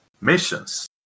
missions